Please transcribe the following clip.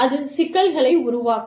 அது சிக்கல்களை உருவாக்கும்